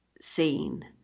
seen